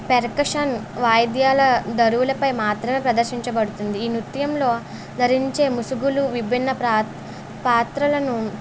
percussion వాయిద్యాల దరువులపై మాత్రమే ప్రదర్శించబడుతుంది ఈ నృత్యంలో ధరించే ముసుగులు విభిన్న ప్రాత్ పాత్రలను